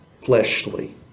fleshly